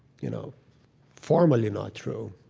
you know formally not true.